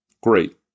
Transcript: great